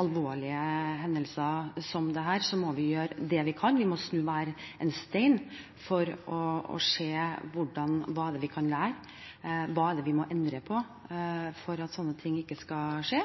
alvorlige hendelser som dette, må vi gjøre det vi kan. Vi må snu hver en stein for å se hva er det vi kan lære, og hva er det vi må endre på for at sånne ting ikke skal skje.